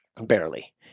barely